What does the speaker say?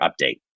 update